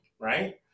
right